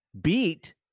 beat